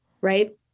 right